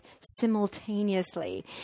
simultaneously